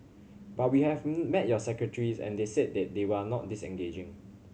but we have met your secretaries and they said that they are not disengaging